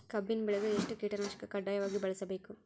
ಕಬ್ಬಿನ್ ಬೆಳಿಗ ಎಷ್ಟ ಕೀಟನಾಶಕ ಕಡ್ಡಾಯವಾಗಿ ಬಳಸಬೇಕು?